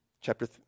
Chapter